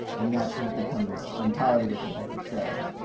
and that's when it becomes an entirely different type of show.